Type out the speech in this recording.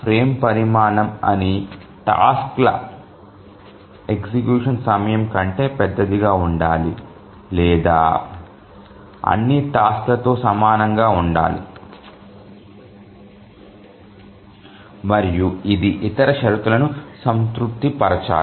frame పరిమాణం అన్ని task ల ఎగ్జిక్యూషన్ సమయం కంటే పెద్దదిగా ఉండాలి లేదా అన్ని టాస్క్ ల తో సమానంగా ఉండాలి మరియు ఇది ఇతర షరతులను సంతృప్తి పరచాలి